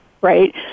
right